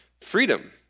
freedom